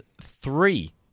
three